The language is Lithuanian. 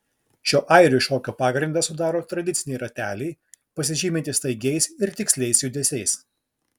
šio airių šokio pagrindą sudaro tradiciniai rateliai pasižymintys staigiais ir tiksliais judesiais